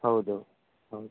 ಹೌದು ಹಾಂ